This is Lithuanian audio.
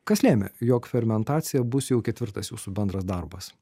kas lėmė jog fermentacija bus jau ketvirtas jūsų bendras darbas